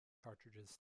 cartridges